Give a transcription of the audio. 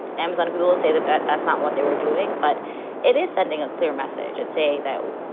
amazon, google, to say that that that's not what they were doing, but it is sending a clear message. i'd say, though,